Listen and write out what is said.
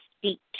Speak